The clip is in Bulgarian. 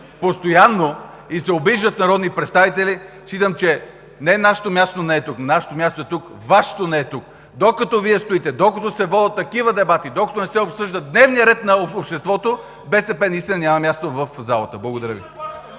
постоянно, и се обиждат народни представители, считам, че не, нашето място не е тук. Нашето място е тук, а Вашето не е тук! Докато Вие стоите, докато се водят такива дебати, докато не се обсъжда дневният ред на обществото, БСП наистина няма място в залата. Благодаря Ви.